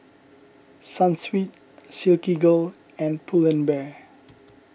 Sunsweet Silkygirl and Pull and Bear